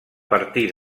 partir